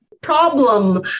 problem